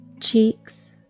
cheeks